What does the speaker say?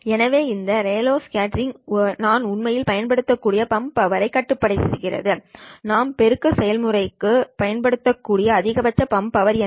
எனவே இந்த Rayleigh scattering நான் உண்மையில் பயன்படுத்தக்கூடிய பம்ப் பவர் யைக் கட்டுப்படுத்துகிறது ராமன் பெருக்க செயல்முறைக்கு நான் பயன்படுத்தக்கூடிய அதிகபட்ச பம்ப் பவர் என்ன